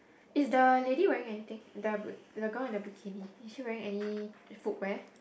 is the lady wearing anything the the girl at the bikini is she wearing any footwear